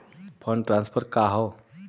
Fund transfer का हव?